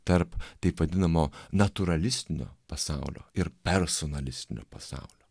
tarp taip vadinamo natūralistinio pasaulio ir personalistinio pasaulio